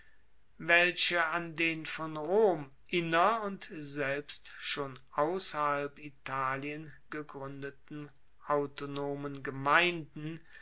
welche an den von rom inner und selbst schon ausserhalb italien gegruendeten autonomen gemeinden